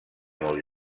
molt